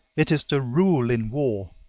it is the rule in war,